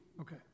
Okay